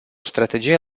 strategie